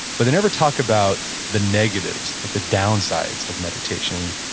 but they never talk about the negatives. like the downsides of meditation.